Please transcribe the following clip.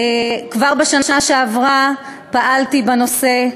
כבר בשנה שעברה פעלתי בנושא,